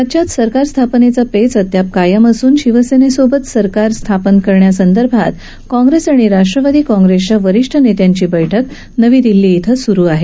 राज्यात सरकार स्थापनेचा पेच अदयाप कायम असून शिवसेनेसोबत सरकार स्थापन करण्यासंदर्भात काँग्रेस आणि राष्ट्रवादी काँग्रेसच्या वरिष्ठ नेत्यांची बैठक नवी दिल्ली सुरु होणार आहे